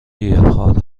گیاهخوار